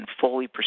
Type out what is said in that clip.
fully